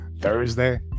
Thursday